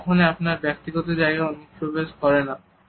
তারা কখনই আপনার ব্যক্তিগত জায়গা অনুপ্রবেশ করে না